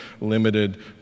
limited